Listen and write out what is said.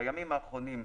בימים האחרונים,